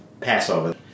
Passover